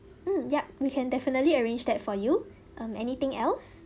mm yup we can definitely arrange that for you um anything else